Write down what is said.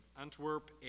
Antwerp